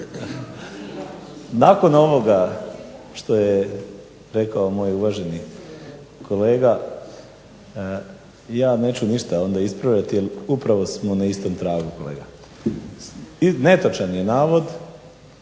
Nakon ovoga što je rekao moj uvaženi kolega ja neću ništa onda ispravljati, jer upravo smo na istom tragu kolega. Netočan je navod